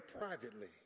privately